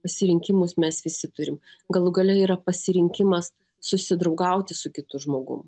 pasirinkimus mes visi turim galų gale yra pasirinkimas susidraugauti su kitu žmogum